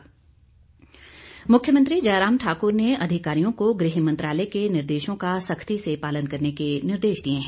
जयराम मुख्यमंत्री जयराम ठाकुर ने अधिकारियों को गृह मंत्रालय के निर्देशों का सख्ती से पालन करने के निर्देश दिए हैं